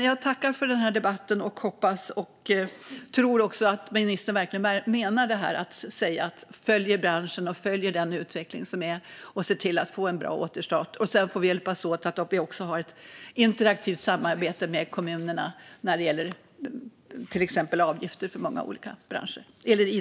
Jag tackar för den här debatten och hoppas och tror att ministern verkligen menar det han säger om att han följer branschen och utvecklingen för att se till att få en bra återstart. Sedan får vi hjälpas åt för att ha ett interaktivt samarbete med kommunerna när det gäller till exempel avgifter inom branschen.